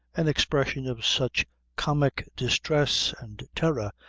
an expression of such comic distress and terror,